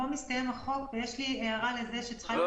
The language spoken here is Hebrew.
אני מציע,